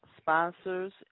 sponsors